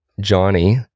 Johnny